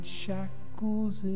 shackles